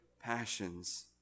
passions